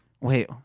Wait